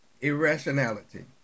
irrationality